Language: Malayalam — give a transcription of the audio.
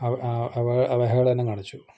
അവഹേളനം കാണിച്ചു